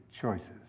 choices